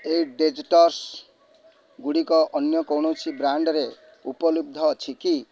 ଏହି ଡେଜର୍ଟ୍ସ୍ଗୁଡ଼ିକ ଅନ୍ୟ କୌଣସି ବ୍ରାଣ୍ଡ୍ରେ ଉପଲବ୍ଧ ଅଛି କି